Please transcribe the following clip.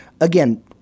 Again